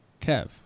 Kev